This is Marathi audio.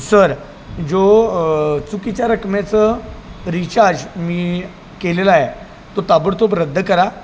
सर जो चुकीच्या रकमेचं रिचार्ज मी केलेला आहे तो ताबडतोब रद्द करा